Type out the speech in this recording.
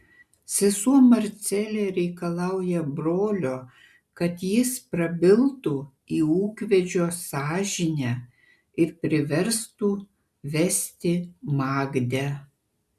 sesuo marcelė reikalauja brolio kad jis prabiltų į ūkvedžio sąžinę ir priverstų vesti magdę